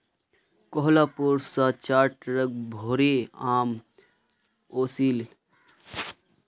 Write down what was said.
कोहलापुर स चार ट्रक भोरे आम ओसील